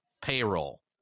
payroll